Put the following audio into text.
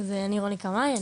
אני רוני קמאי,